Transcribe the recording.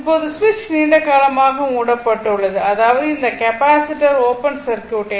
இப்போது சுவிட்ச் நீண்ட காலமாக மூடப்பட்டுள்ளது அதாவது இந்த கெப்பாசிட்டர் ஓப்பன் சர்க்யூட்